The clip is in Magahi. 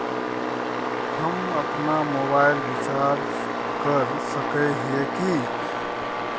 हम अपना मोबाईल रिचार्ज कर सकय हिये की?